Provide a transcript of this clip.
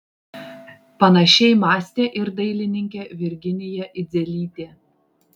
panašiai mąstė ir dailininkė virginija idzelytė